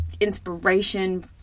inspiration